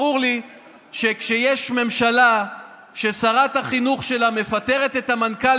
ברור לי שכשיש ממשלה ששרת החינוך שלה מפטרת את המנכ"ל